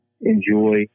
enjoy